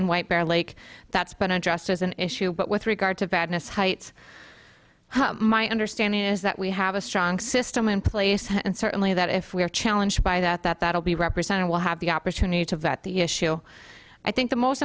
in white bear lake that's been addressed as an issue but with regard to badness heights my understanding is that we have a strong system in place and certainly that if we are challenged by that that that will be represented will have the opportunity to that the issue i think the most